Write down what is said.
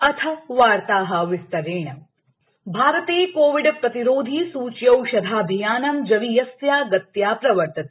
अथ वार्ता विस्तरेण कोविड अपडेट भारते कोविड प्रतिरोधि सूच्यौषधाभियानं जवीयस्या गत्या प्रवर्तते